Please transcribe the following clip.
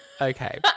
Okay